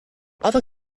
other